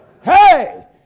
hey